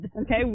Okay